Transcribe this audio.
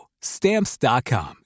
stamps.com